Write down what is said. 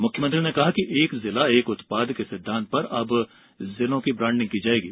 मुख्यमंत्री ने कहा कि एक जिला एक उत्पाद के सिद्धांत पर अब जिलों की ब्रांडिंग की जाएगी